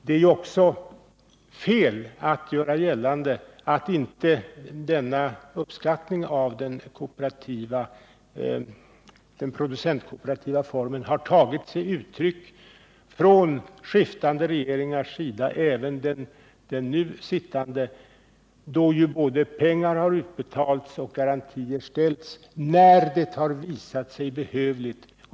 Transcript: Det är också fel att göra gällande att denna uppskattning av den producentkooperativa formen inte har tagit sig uttryck från skilda regeringars sida, även den sittande, då både pengar har utbetalats och garantier ställts när det har visat sig behövligt.